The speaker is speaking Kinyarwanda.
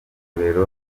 matorero